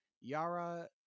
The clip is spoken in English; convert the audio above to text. Yara